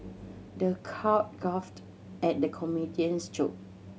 the crowd guffawed at the comedian's joke